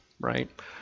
right